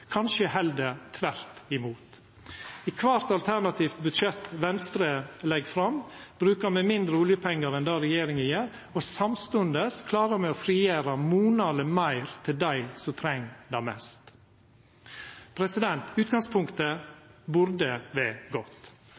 kanskje heller tvert imot. I kvart alternative budsjett Venstre legg fram, bruker me mindre oljepengar enn det regjeringa gjer, og samstundes klarer me å frigjera monaleg meir til dei som treng det mest. Utgangspunktet burde vera godt.